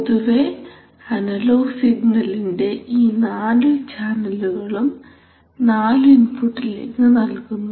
പൊതുവേ അനലോഗ് സിഗ്നലിന്റെ ഈ നാലു ചാനലുകളും നാലു ഇൻപുട്ടിലേക്ക് നൽകുന്നു